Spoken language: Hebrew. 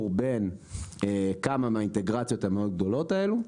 בין כמה מהאינטגרציות המאוד גדולות האלו.